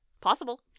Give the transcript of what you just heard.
possible